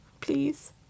Please